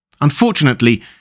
Unfortunately